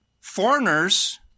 Foreigners